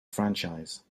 franchise